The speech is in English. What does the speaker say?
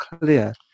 clear